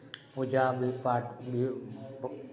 पूजा भी पाठ भी